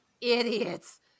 idiots